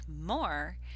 more